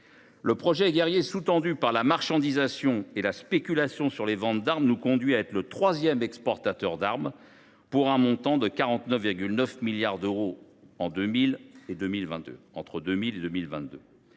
Le projet guerrier sous tendu par la marchandisation et la spéculation sur les ventes d’armes a fait de notre pays le troisième exportateur d’armes au monde, pour un montant de 49,9 milliards d’euros entre 2000 et 2022.